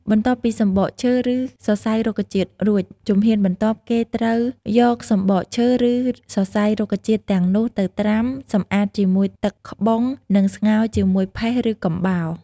បន្ទាប់ពីសំបកឈើ ឬសរសៃរុក្ខជាតិរួច ជំហានបន្ទាប់ គេត្រូវយកសំបកឈើ ឬសរសៃរុក្ខជាតិទាំងនោះទៅត្រាំ សម្អាតជាមួយទឹកក្បុងនិងស្ងោរជាមួយផេះ ឬកំបោរ។